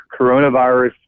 coronavirus